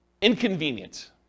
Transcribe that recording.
inconvenient